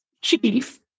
chief